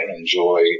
enjoy